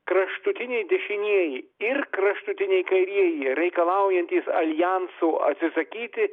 kraštutiniai dešinieji ir kraštutiniai kairieji reikalaujantys aljanso atsisakyti